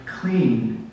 clean